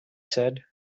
said